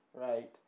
right